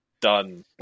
done